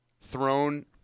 thrown